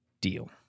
deal